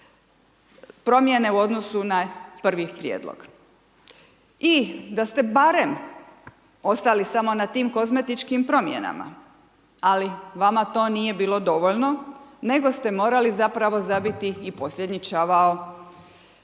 promjene u odnosu na prvi prijedlog. I da ste barem ostali samo na tim kozmetičkim promjenama, ali vama to nije bilo dovoljno, nego ste morali zapravo zabiti i posljednji čavao